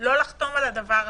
לא לחתום על הדבר הזה?